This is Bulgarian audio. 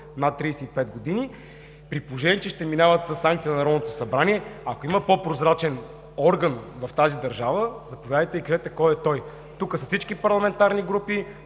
над 35 години, при положение, че ще минават със санкция на Народното събрание? Ако има по-прозрачен орган в тази държава, заповядайте и кажете кой е той. Тука са всички парламентарни групи,